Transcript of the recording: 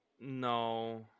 No